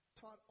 taught